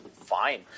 Fine